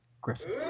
Griffin